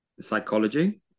psychology